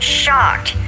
shocked